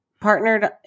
partnered